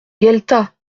gueltas